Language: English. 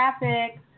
traffic